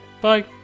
bye